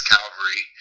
Calvary